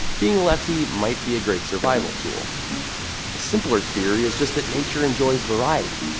being a lefty might be a great survival tool. a simpler theory is just that nature enjoys variety.